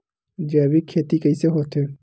जैविक खेती कइसे होथे?